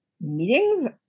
meetings